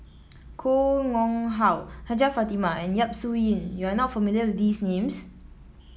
Koh Nguang How Hajjah Fatimah and Yap Su Yin you are not familiar with these names